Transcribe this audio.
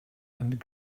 and